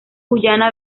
guyana